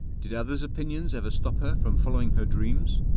did others' opinion ever stop her from following her dreams?